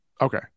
Okay